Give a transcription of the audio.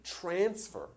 transfer